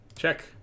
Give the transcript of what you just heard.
Check